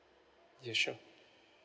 ya sure